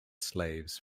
slaves